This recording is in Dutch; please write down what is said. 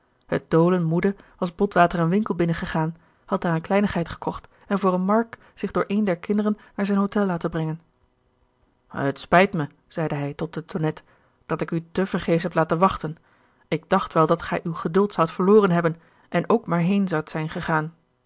het dolen moede was botwater een winkel binnengegaan had daar een kleinigheid gekocht en voor een mark zich door een der kinderen naar zijn hotel laten brengen t spijt me zeide hij tot de tonnette dat ik u te vergeefs heb laten wachten ik dacht wel dat gij uw geduld zoudt verloren hebben en ook maar heen zondt zijn gegaan